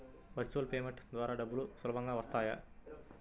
Virtual payment ద్వారా డబ్బులు సులభంగా వస్తాయా?